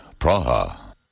Praha